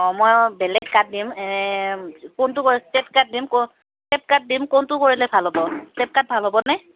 অঁ মই বেলেগ কাট দিম কোনটো ষ্টেপ কাট দিম ষ্টেপ কাট দিম কোনটো কৰিলে ভাল হ'ব ষ্টেপ কাট ভাল হ'ব নে